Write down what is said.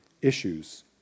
issues